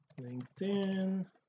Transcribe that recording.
linkedin